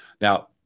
now